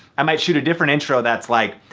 i might shoot a different intro that's like,